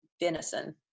venison